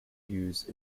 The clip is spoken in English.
used